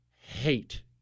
hate